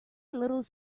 littles